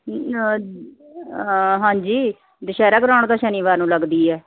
ਹਾਂਜੀ ਦੁਸਹਿਰਾ ਗਰਾਉਂਡ ਤਾਂ ਸ਼ਨੀਵਾਰ ਨੂੰ ਲੱਗਦੀ ਹੈ